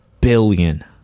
billion